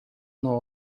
nuo